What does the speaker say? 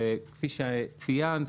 כפי שציינת,